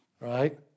Right